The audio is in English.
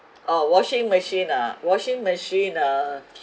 uh washing machine ah washing machine uh